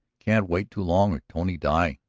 can't wait too long or tony die.